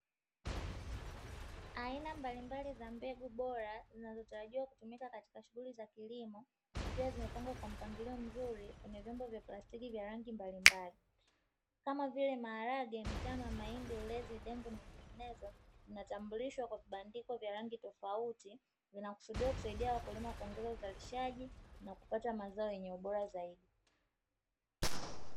Aina mbalimbali za mbegu bora zinazotarajiwa kutumika katika shughuli za kilimo, zikiwa zimepangwa kwa mpangilio mzuri kwenye vyombo vya plastiki vya rangi mbalimbali. Kama vile maharage, mtama, mahindi, ulezi, dengu na nyinginezo; zinatambulishwa kwa vibandiko vya rangi tofauti. Zinakusudiwa kusaidia wakulima kuongeza uzalishaji na kupata mazao yenye ubora zaidi.